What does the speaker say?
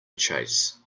chase